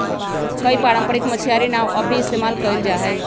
कई पारम्परिक मछियारी नाव अब भी इस्तेमाल कइल जाहई